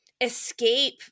escape